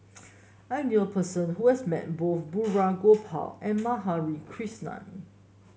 I knew a person who has met both Balraj Gopal and Madhavi Krishnan